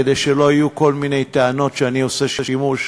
כדי שלא יהיו כל מיני טענות שאני עושה שימוש